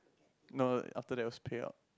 no after that was payout